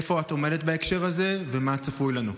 איפה את עומדת בהקשר הזה ומה צפוי לנו.